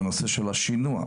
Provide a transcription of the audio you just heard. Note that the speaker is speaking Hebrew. בנושא של השינוע,